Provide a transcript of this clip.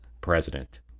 president